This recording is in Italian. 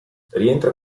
rientra